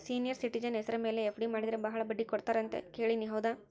Senior citizen ಹೆಸರ ಮೇಲೆ FD ಮಾಡಿದರೆ ಬಹಳ ಬಡ್ಡಿ ಕೊಡ್ತಾರೆ ಅಂತಾ ಕೇಳಿನಿ ಹೌದಾ?